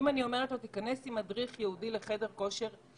ואם אני אומרת לו להיכנס עם מדריך ייעודי לחדר כושר,